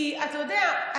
כי אתה יודע,